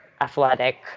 athletic